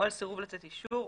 או על סירוב לתת אישור.